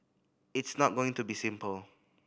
it's not going to be simple